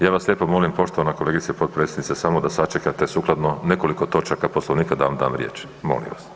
Ja vas lijepo molim poštovana kolegice potpredsjednice samo da sačekate sukladno nekoliko točaka Poslovnika da vam dam riječ, molim vas.